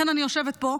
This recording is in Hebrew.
לכן אני יושבת פה,